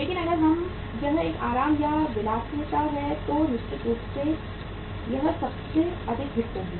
लेकिन अगर यह एक आराम या विलासिता है तो निश्चित रूप से यह सबसे हिट होगी